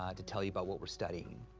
ah to tell you about what we're studying.